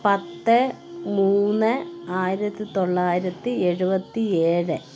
പത്ത് മൂന്ന് ആയിരത്തി തൊള്ളായിരത്തി എഴുപത്തി ഏഴ്